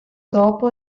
dopo